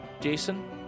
Jason